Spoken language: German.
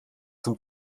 zum